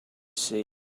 see